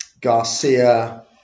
Garcia